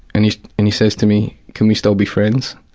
and he and he says to me can we still be friends,